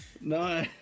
no